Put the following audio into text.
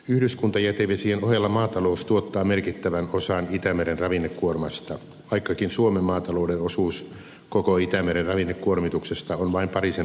yhdyskuntajätevesien ohella maatalous tuottaa merkittävän osan itämeren ravinnekuormasta vaikkakin suomen maatalouden osuus koko itämeren ravinnekuormituksesta on vain parisen prosenttia